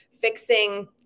fixing